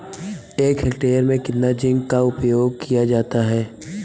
एक हेक्टेयर में कितना जिंक का उपयोग किया जाता है?